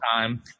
time